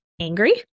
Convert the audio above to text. angry